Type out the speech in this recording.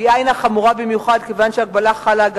הפגיעה הינה חמורה במיוחד כיוון שההגבלה חלה גם